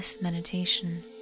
meditation